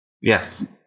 yes